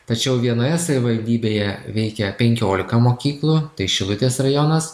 tačiau vienoje savivaldybėje veikia penkiolika mokyklų tai šilutės rajonas